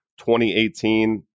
2018